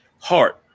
Heart